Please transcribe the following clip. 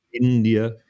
India